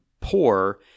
poor